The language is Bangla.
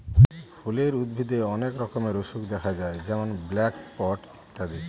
ফুলের উদ্ভিদে অনেক রকমের অসুখ দেখা যায় যেমন ব্ল্যাক স্পট ইত্যাদি